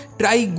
try